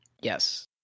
Yes